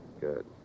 Good